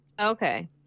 Okay